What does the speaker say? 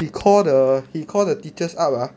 he call the he call the teachers up ah